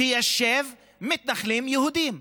תיישב מתנחלים יהודים.